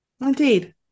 indeed